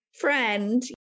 friend